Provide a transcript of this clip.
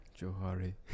Johari